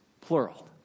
plural